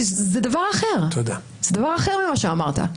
זה דבר אחר ממה שאמרת.